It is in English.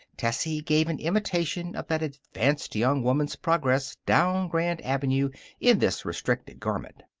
tessie gave an imitation of that advanced young woman's progress down grand avenue in this restricting garment.